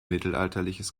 mittelalterliches